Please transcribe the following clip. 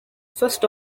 first